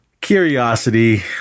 Curiosity